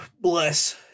bless